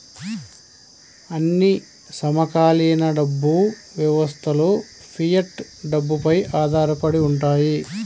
అన్ని సమకాలీన డబ్బు వ్యవస్థలుఫియట్ డబ్బుపై ఆధారపడి ఉంటాయి